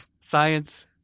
science-